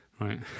right